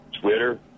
Twitter